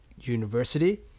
university